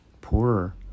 Poorer